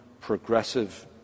progressive